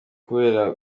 kubera